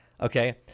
Okay